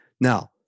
Now